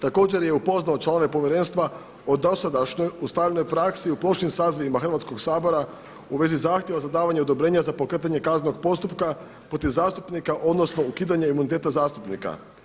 Također je upoznao članove Povjerenstva o dosadašnjoj ustaljenoj praksi u prošlim sazivima Hrvatskog sabora u vezi zahtjeva za davanje odobrenja za pokretanje kaznenog postupka protiv zastupnika odnosno ukidanje imuniteta zastupnika.